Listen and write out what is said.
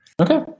Okay